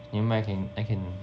neh mind I can